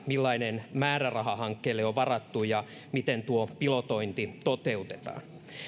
millainen määräraha hankkeelle on varattu ja miten tuo pilotointi toteutetaan